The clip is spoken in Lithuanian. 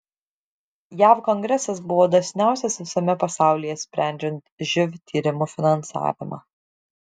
jav kongresas buvo dosniausias visame pasaulyje sprendžiant živ tyrimų finansavimą